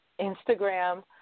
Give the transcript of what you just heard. Instagram